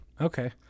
Okay